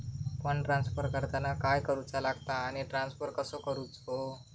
Fund transfer करताना काय करुचा लगता आनी ट्रान्स्फर कसो करूचो?